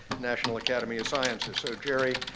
national academy of sciences. so, jerry,